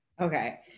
Okay